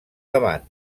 davant